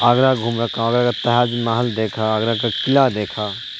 آگرہ گھوم رکھا ہوں آگرہ کا تاج محل دیکھا آگرہ کا قلعہ دیکھا